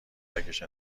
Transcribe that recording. کودکش